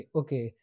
okay